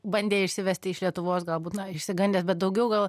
bandė išsivesti iš lietuvos galbūt na išsigandęs bet daugiau gal